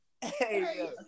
Hey